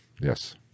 Yes